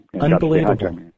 Unbelievable